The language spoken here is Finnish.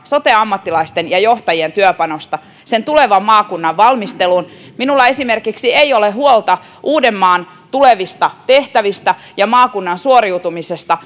sote ammattilaisten ja johtajien työpanosta sen tulevan maakunnan valmisteluun minulla esimerkiksi ei ole huolta uudenmaan tulevista tehtävistä ja maakunnan suoriutumisesta